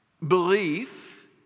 Belief